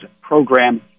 program